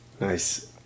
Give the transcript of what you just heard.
Nice